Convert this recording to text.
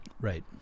right